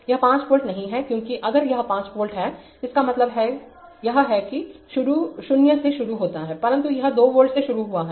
यह 5 वोल्ट नहीं है क्योंकि अगर यह 5 वोल्ट है इसका मतलब है यह 0 से शुरू होता है परंतु यह 2 वोल्ट से शुरू हुआ है